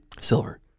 Silver